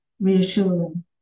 reassuring